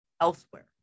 elsewhere